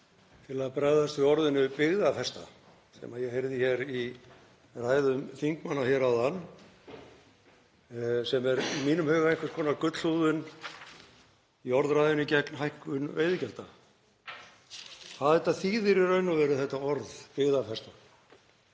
til að bregðast við orðinu „byggðafesta“, sem ég heyrði í ræðum þingmanna áðan og er í mínum huga einhvers konar gullhúðun í orðræðunni gegn hækkun veiðigjalda. Hvað þýðir í raun og veru þetta orð, „byggðafesta“?